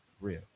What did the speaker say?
real